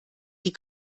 die